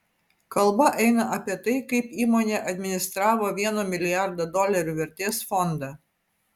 kalba eina apie tai kaip įmonė administravo vieno milijardo dolerių vertės fondą